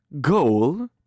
goal